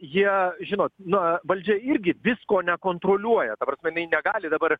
jie žinot na valdžia irgi visko nekontroliuoja ta prasme inai negali dabar